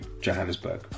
Johannesburg